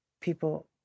people